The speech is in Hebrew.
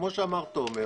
כמו שאמר תומר,